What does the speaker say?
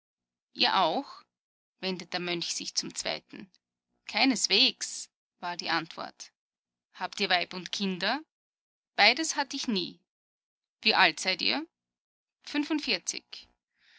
ihr auch wendet der mönch sich zum zweiten keineswegs war die antwort habt ihr weib und kinder beides hatt ich nie wie alt seid ihr fünfundvierzig